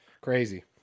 Crazy